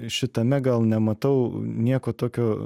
šitame gal nematau nieko tokio